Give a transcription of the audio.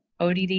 ODD